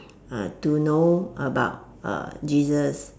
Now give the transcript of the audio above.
uh to know about uh Jesus